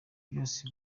byose